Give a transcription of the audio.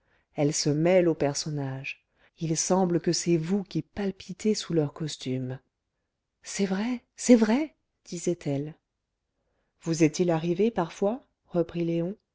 elle se mêle aux personnages il semble que c'est vous qui palpitez sous leurs costumes c'est vrai c'est vrai disait-elle vous est-il arrivé parfois reprit léon